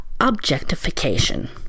objectification